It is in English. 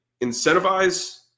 incentivize